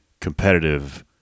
competitive